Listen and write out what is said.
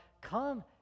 Come